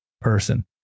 person